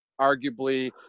arguably